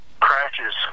crashes